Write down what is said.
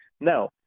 Now